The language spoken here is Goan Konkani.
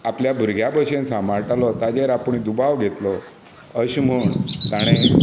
आपल्या भुरग्या भशेन सांबाळटालो ताजेर आपूण दुबाव घेतलो अशें म्हण ताणें